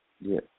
Yes